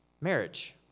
marriage